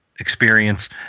experience